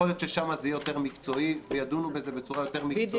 יכול להיות ששם זה יהיה יותר מקצועי וידונו בזה בצורה יותר מקצועית.